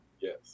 Yes